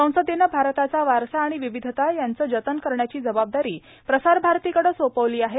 संसदेनं भारताचा वारसा आणि विविधता यांचं जतन करण्याची जबाबदारी प्रसारभारतीकडं सोपविली आहे